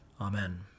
Amen